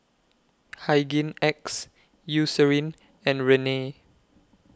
Hygin X Eucerin and Rene